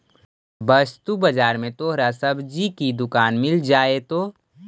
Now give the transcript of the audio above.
वस्तु बाजार में तोहरा सब्जी की दुकान मिल जाएतो